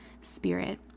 Spirit